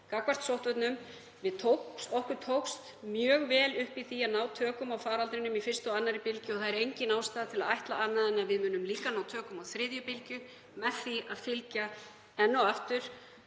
gagnvart sóttvörnum. Okkur tókst mjög vel upp í því að ná tökum á faraldrinum í fyrstu og annarri bylgju og það er engin ástæða til að ætla annað en að við munum líka ná tökum á þriðju bylgju með því að fylgja enn og aftur